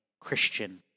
Christian